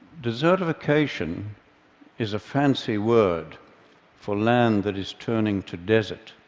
desertification is a fancy word for land that is turning to desert,